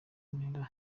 ntera